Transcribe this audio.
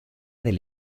del